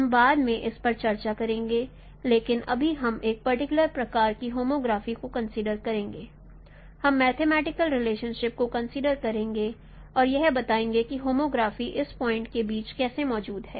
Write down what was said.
हम बाद में इस पर चर्चा करेंगे लेकिन अभी हम एक पर्टिकुलर प्रकार की होमोग्राफी को कंसीडर करेंगे हम मैथमेटिकल रीलेशनशिप को कंसीडर करेंगे और यह बताएंगे कि होमोग्राफी इसी पॉइंटस के बीच कैसे मौजूद है